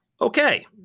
okay